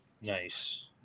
Nice